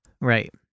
right